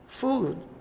food